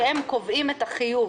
שקובעים את החיוב,